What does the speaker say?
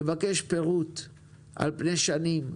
נבקש פירוט על פני שנים,